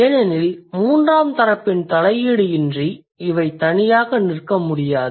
ஏனெனில் மூன்றாம் தரப்பின் தலையீடு இன்றி இவை தனியாக நிற்க முடியாது